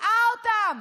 שמקיאה אותם?